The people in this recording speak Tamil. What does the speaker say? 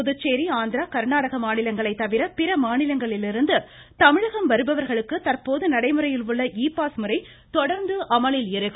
புதுச்சேரி ஆந்திரா கர்நாடக மாநிலங்களை தவிர பிற மாநிலங்களிலிருந்து தமிழகம் வருபவர்களுக்கு தற்போது நடைமுறையில் உள்ள இ பாஸ் முறை தொடர்ந்து அமலில் இருக்கும்